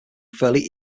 fairly